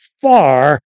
far